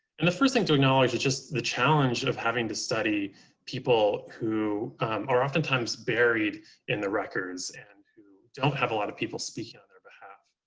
and the first thing to acknowledge is just the challenge and of having to study people who are oftentimes buried in the records and who don't have a lot of people speaking on their behalf.